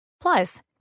Plus